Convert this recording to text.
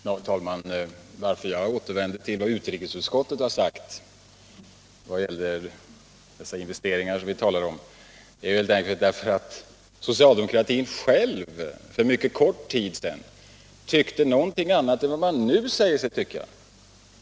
Herr talman! Att jag återvänder till vad utrikesutskottet har sagt om de investeringar som vi talar om nu beror helt enkelt på att man inom socialdemokratin själv för mycket kort tid sedan tyckte någonting helt annat än vad man nu säger sig tycka.